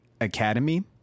Academy